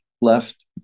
left